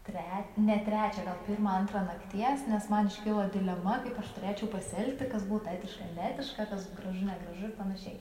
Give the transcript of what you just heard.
tre ne trečią gal pirmą antrą nakties nes man iškilo dilema kaip aš turėčiau pasielgti kas būtų etiška neetiška kas gražu negražu ir panašiai